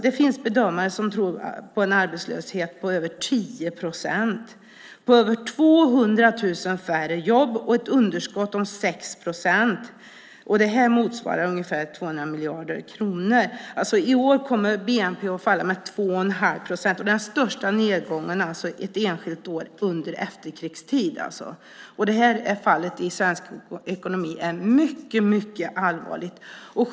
Det finns bedömare som tror på en arbetslöshet på över 10 procent, över 200 000 färre jobb och ett underskott om 6 procent. Det motsvarar ungefär 200 miljarder kronor. I år kommer bnp att falla med 2 1⁄2 procent, och det är den största nedgången ett enskilt år under efterkrigstid. Det här är fallet i svensk ekonomi, och det är mycket allvarligt.